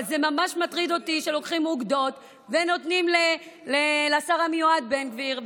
אבל זה ממש מטריד אותי שלוקחים אוגדות ונותנים לשר המיועד בן גביר,